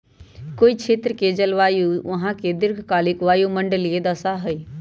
कोई क्षेत्र के जलवायु वहां के दीर्घकालिक वायुमंडलीय दशा हई